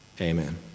Amen